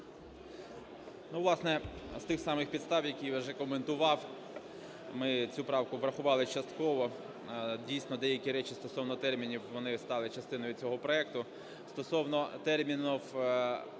Ну, власне, з тих самих підстав, які я вже коментував, ми цю правку врахували частково. Дійсно, деякі речі стосовно термінів, вони стали частиною цього проекту. Стосовно терміну